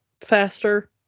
faster